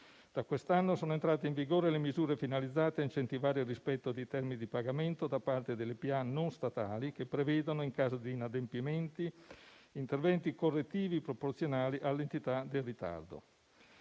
Da quest'anno sono entrate in vigore le misure finalizzate a incentivare il rispetto dei termini di pagamento da parte delle pubbliche amministrazioni non statali, che prevedono, in caso di inadempimenti, interventi correttivi proporzionali all'entità del ritardo.